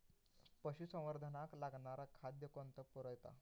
पशुसंवर्धनाक लागणारा खादय कोण पुरयता?